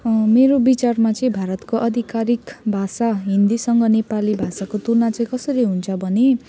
मेरो विचारमा चाहिँ भारतको आधिकारिक भाषा हिन्दीसँग नेपाली भाषाको तुलना चाहिँ कसरी हुन्छ भने